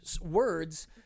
words